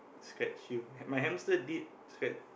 scratch you my hamster did scratch